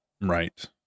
right